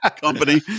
Company